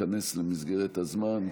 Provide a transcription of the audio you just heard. להתכנס למסגרת הזמן,